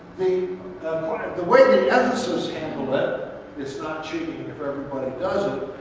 the the way the ethicists handle it it's not cheating and if everybody does it